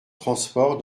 transport